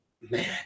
man